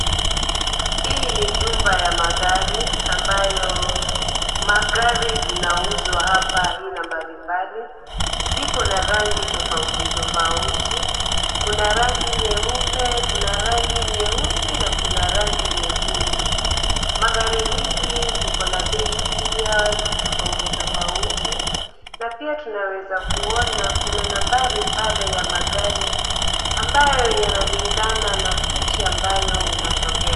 Hii ni jumba ya magari ambayo magari zinauzwa hapa aina mbali mbali. Ziko na rangi tofauti tofauti. Kuna rangi nyeupe, kuna rangi nyeusi na kuna rangi nyekundu. Magari hizi ziko na bei pia tofauti tofauti na pia tunaweza kuona kuna nambari pale ya magari ambayo yanalingana na nchi ambayo unatokea.